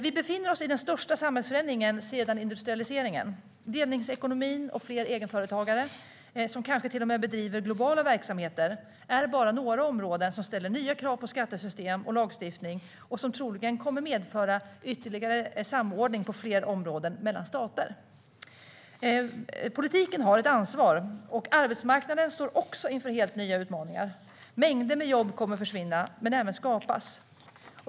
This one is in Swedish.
Vi befinner oss i den största samhällsförändringen sedan industrialiseringen. Delningsekonomin och fler egenföretagare som kanske till och med bedriver globala verksamheter är bara några områden som ställer nya krav på skattesystem och lagstiftning och som troligen kommer att medföra ytterligare samordning på fler områden mellan stater. Politiken har ett ansvar. Arbetsmarknaden står också inför helt nya utmaningar. Mängder med jobb kommer att försvinna, men även skapas.